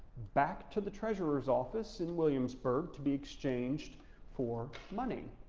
back to the treasurer's office in williamsburg to be exchanged for money.